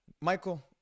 Michael